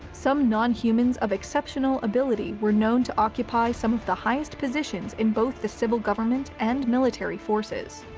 some nonhumans of exceptional ability were known to occupy some of the highest positions in both the civil government and military forces.